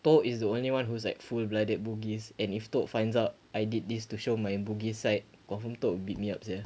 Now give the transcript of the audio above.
toh is the only one who's like full blooded bugis and if toh finds out I did this to show my bugis side confirm toh will beat me up sia